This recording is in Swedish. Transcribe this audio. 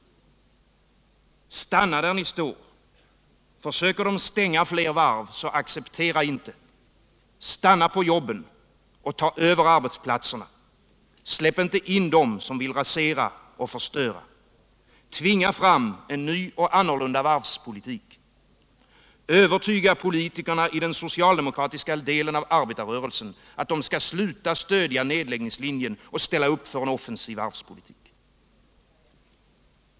Stanna där ni står. Försöker de stänga fler varv, så acceptera inte. Stanna på jobben och ta över arbetsplatserna. Släpp inte in dem som vill rasera och förstöra. Tvinga fram en ny och annorlunda varvspolitik. Övertyga politikerna i den socialdemokratiska delen av arbetarrörelsen att de skall sluta stödja nedläggningslinjen och ställa upp för en offensiv varvspolitik.